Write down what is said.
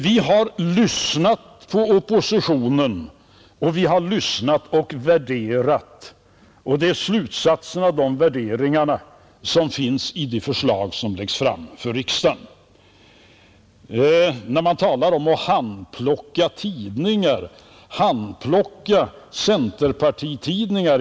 Vi har lyssnat till oppositionen, Vi har lyssnat och värderat och det är slutsatsen av de värderingarna som finns i de förslag som läggs fram för riksdagen. Man talar om att handplocka tidningar — centerpartitidningar.